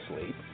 sleep